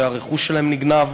שהרכוש שלהם נגנב